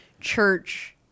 church